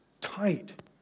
tight